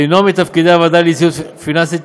אינו מתפקידי הוועדה ליציבות פיננסית.